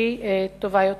שהיא טובה יותר.